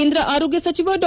ಕೇಂದ್ರ ಆರೋಗ್ಯ ಸಚಿವ ಡಾ